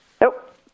Nope